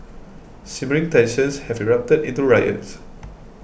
simmering tensions have erupted into riots